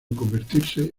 convertirse